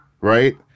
Right